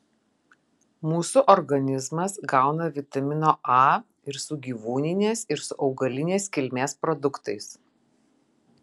mūsų organizmas gauna vitamino a ir su gyvūninės ir su augalinės kilmės produktais